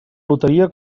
loteria